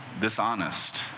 dishonest